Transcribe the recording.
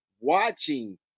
watching